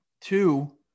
Two